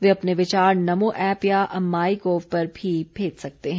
वे अपने विचार नमो ऐप्प या माईगोव पर भी भेज सकते हैं